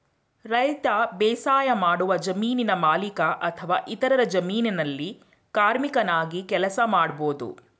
ರೈತ ಬೇಸಾಯಮಾಡುವ ಜಮೀನಿನ ಮಾಲೀಕ ಅಥವಾ ಇತರರ ಜಮೀನಲ್ಲಿ ಕಾರ್ಮಿಕನಾಗಿ ಕೆಲಸ ಮಾಡ್ಬೋದು